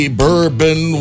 bourbon